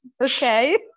Okay